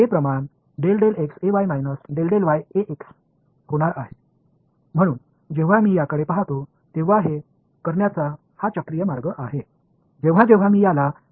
எனவே இது ஒரு சுழற்சியின் அடிப்படையில் செய்யும் வழி முறை ஆகும் நான் இவர்களை பார்க்கும்போது அவர்களுக்கு இடையேயான வித்தியாசத்தை எடுத்துக்கொள்கிறேன் முதலாவதாக இவரை எடுத்துக் கொள்வோம் இதிலிருந்து இதனை கழிப்பதன் மூலம் நாம் இதனை கண்டறியலாம்